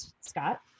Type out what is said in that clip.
Scott